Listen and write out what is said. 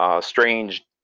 strange